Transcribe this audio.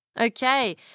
Okay